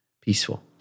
peaceful